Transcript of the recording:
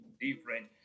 different